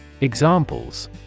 Examples